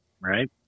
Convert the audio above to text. right